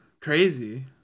crazy